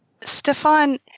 Stefan